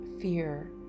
fear